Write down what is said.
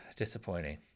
disappointing